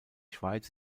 schweiz